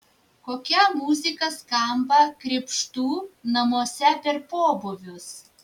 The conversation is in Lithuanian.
kokia muzika skamba krėpštų namuose per pobūvius